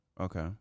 Okay